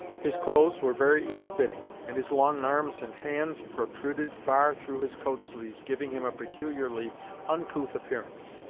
his clothes were very ill-fitting, and his long arms and hands protruded far through his coat sleeves, giving him a peculiarly uncouth appearance.